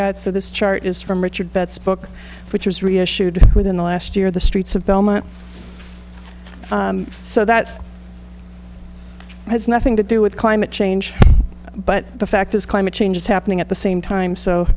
got so this chart is from richard betts book which was reissued within the last year of the streets of belmont so that has nothing to do with climate change but the fact is climate change is happening at the same time so